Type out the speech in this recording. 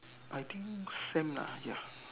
I think same lah ya